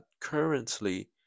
currently